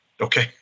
Okay